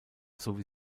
sowie